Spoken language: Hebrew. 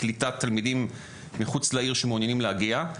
קליטת תלמידים מחוץ לעיר שמעוניינים להגיע,